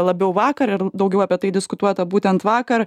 labiau vakar ir daugiau apie tai diskutuota būtent vakar